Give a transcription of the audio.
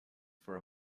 for